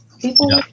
people